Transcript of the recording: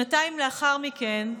שנתיים לאחר מכן,